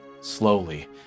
slowly